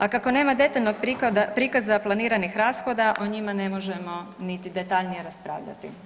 A kako nema detaljnog prikaza planiranih rashoda o njima ne možemo niti detaljnije raspravljati.